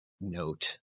note